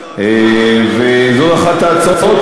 זו אחת ההצעות